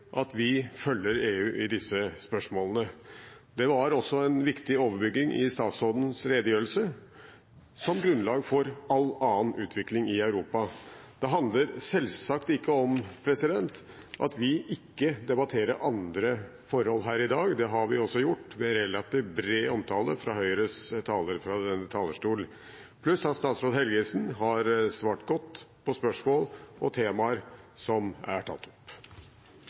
at vi følger EU i disse spørsmålene. Det var også en viktig overbygging i statsrådens redegjørelse – som grunnlag for all annen utvikling i Europa. Det betyr selvsagt ikke at vi ikke debatterer andre forhold her i dag. Det har vi også gjort, ved relativt bred omtale fra Høyres talere fra denne talerstolen, pluss at statsråd Helgesen har svart godt på spørsmål og temaer som er tatt opp.